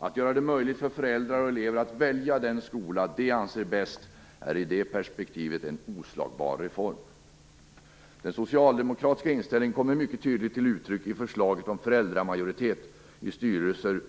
Att göra det möjligt för föräldrar och elever att välja den skola de anser bäst är i det perspektivet en oslagbar reform. Den socialdemokratiska inställningen kommer mycket tydligt till uttryck i förslaget om föräldramajoritet i styrelser